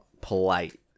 polite